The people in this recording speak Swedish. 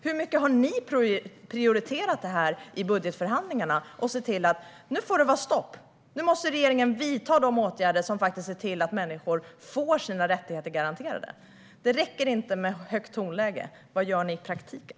Hur mycket har ni prioriterat detta i budgetförhandlingarna och sett till att det får vara stopp och att regeringen vidtar åtgärder för att se till att människors rättigheter garanteras? Det räcker inte med ett högt tonläge. Vad gör ni i praktiken?